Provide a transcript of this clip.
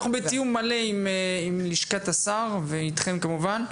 אנחנו בתיאום מלא עם לשכת השר ואתכם כמובן.